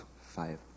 five